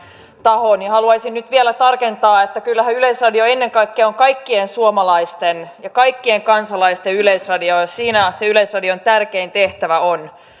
taho niin haluaisin nyt vielä tarkentaa että kyllähän yleisradio ennen kaikkea on kaikkien suomalaisten ja kaikkien kansalaisten yleisradio siinä se yleisradion tärkein tehtävä on